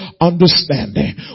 understanding